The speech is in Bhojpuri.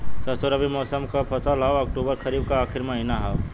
सरसो रबी मौसम क फसल हव अक्टूबर खरीफ क आखिर महीना हव